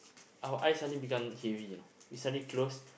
our eyes suddenly become heavy you know we suddenly close